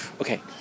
Okay